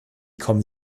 kommen